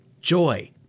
joy